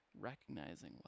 recognizing